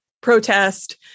protest